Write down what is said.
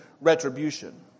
retribution